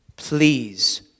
Please